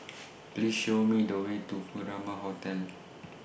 Please Show Me The Way to Furama Hotel